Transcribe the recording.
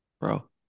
bro